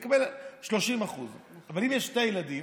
הוא מקבל 30%. אבל אם יש שני ילדים?